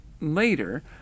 later